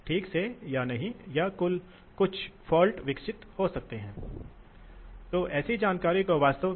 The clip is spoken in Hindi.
तो बल्कि यह ज्यादातर समय आधे स्तर पर काम करेगा और यह बहुत कम समय के लिए बहुत कम स्तर पर भी काम करेगा इसलिए यह एक विशिष्ट भार विशेषता है